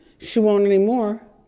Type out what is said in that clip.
she won't anymore.